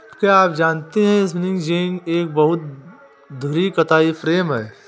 क्या आप जानते है स्पिंनिंग जेनि एक बहु धुरी कताई फ्रेम है?